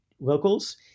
locals